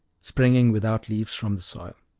springing without leaves from the soil.